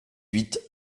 huit